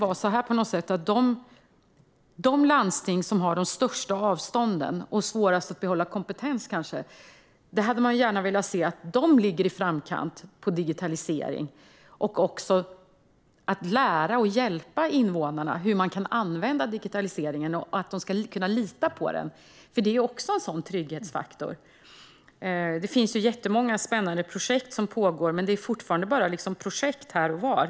Man skulle önska att de landsting som har de största avstånden och kanske svårast att behålla kompetens låg i framkant vad gäller digitalisering och att lära och hjälpa invånarna hur de kan använda digitaliseringen och att de kan lita på den. Det är också en trygghetsfaktor. Det pågår många spännande projekt, men det är fortfarande bara projekt här och var.